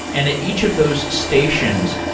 and at each of those stations,